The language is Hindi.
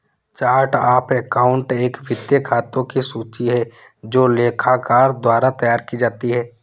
चार्ट ऑफ़ अकाउंट एक वित्तीय खातों की सूची है जो लेखाकार द्वारा तैयार की जाती है